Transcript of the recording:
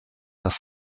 das